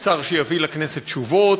שר שיביא לכנסת תשובות,